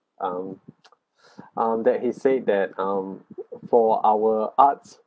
um um that he say that um for our arts